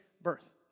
birth